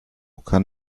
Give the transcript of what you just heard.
kann